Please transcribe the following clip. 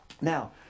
Now